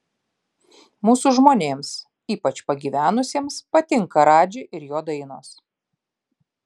mūsų žmonėms ypač pagyvenusiems patinka radži ir jo dainos